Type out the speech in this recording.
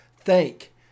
thank